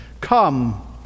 come